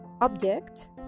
object